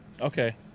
okay